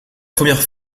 première